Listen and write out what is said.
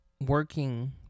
working